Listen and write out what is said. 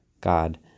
God